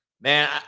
man